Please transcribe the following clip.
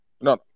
No